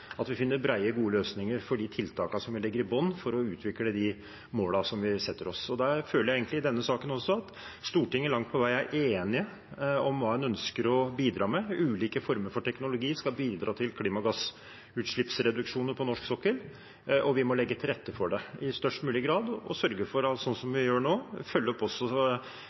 vi finne brede, gode løsninger for de tiltakene som ligger i bunnen, for å utvikle de målene som vi setter oss. Der føler jeg egentlig at Stortinget også i denne saken langt på vei er enige om hva en ønsker å bidra med. Ulike former for teknologi skal bidra til klimagassutslippsreduksjoner på norsk sokkel, og vi må legge til rette for det i størst mulig grad og sørge for, sånn vi gjør nå, å følge opp